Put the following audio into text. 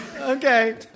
Okay